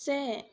से